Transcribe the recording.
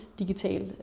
digital